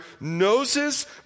noses